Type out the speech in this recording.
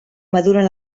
maduren